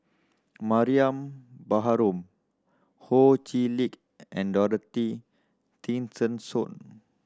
Mariam Baharom Ho Chee Lick and Dorothy Tessensohn